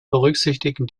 berücksichtigen